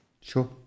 Sure